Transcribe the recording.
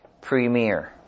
premier